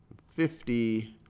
fifty,